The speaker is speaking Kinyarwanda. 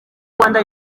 rwanda